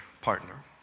partner